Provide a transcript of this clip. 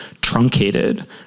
truncated